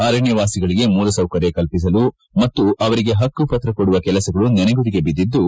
ಅರಣ್ಣವಾಸಿಗಳಿಗೆ ಮೂಲಸೌಕರ್ಯ ಕಲ್ಪಿಸುವ ಮತ್ತು ಅವರಿಗೆ ಹಕ್ಕುಪತ್ರ ಕೊಡುವ ಕೆಲಸಗಳು ನೆನೆಗುದಿಗೆ ಬಿದ್ದಿದ್ದು